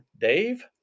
Dave